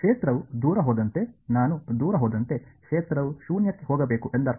ಕ್ಷೇತ್ರವು ದೂರ ಹೋದಂತೆ ನಾನು ದೂರ ಹೋದಂತೆ ಕ್ಷೇತ್ರವು ಶೂನ್ಯಕ್ಕೆ ಹೋಗಬೇಕು ಎಂದರ್ಥ